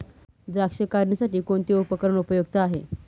द्राक्ष काढणीसाठी कोणते उपकरण उपयुक्त आहे?